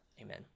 amen